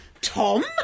Tom